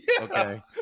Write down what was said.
Okay